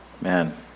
man